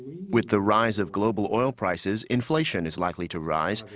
with the rise of global oil prices, inflation is likely to rise,